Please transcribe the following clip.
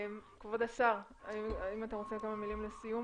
כבוד השר האם אתה רוצה כמה מילים לסיום